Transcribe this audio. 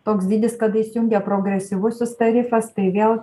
toks dydis kada įsijungia progresyvusis tarifas tai vėl